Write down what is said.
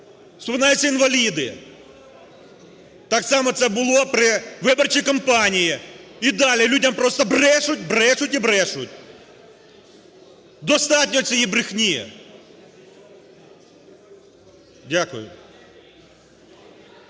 споминаються інваліди, так саме це було при виборчій кампанії і далі людям просто брешуть, брешуть і брешуть. Достатньо цієї брехні! Дякую.